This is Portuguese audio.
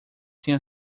tenha